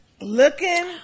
Looking